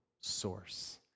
source